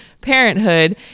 parenthood